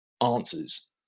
answers